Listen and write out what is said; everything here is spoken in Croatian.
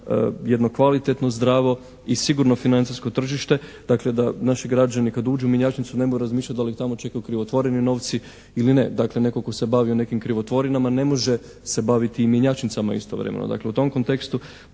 jedno kvalitetno zdravo i sigurno financijsko tržište, dakle da naši građani kad uđu u mjenjačnicu ne moraju razmišljati da li ih tamo čekaju krivotvoreni novci ili ne. Dakle, netko tko se bavio nekim krivotvorinama ne može se baviti i mjenjačnicama istovremeno. Dakle, u tom kontekstu